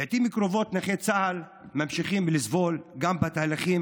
לעיתים קרובות נכי צה"ל ממשיכים לסבול גם בתהליכים